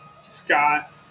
Scott